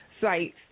sites